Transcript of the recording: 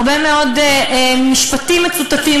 הרבה מאוד משפטים מצוטטים,